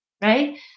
right